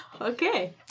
Okay